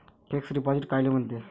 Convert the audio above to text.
Fix deposit कायले म्हनते?